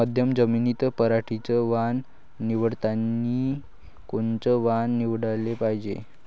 मध्यम जमीनीत पराटीचं वान निवडतानी कोनचं वान निवडाले पायजे?